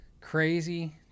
Crazy